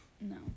No